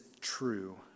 true